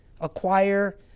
acquire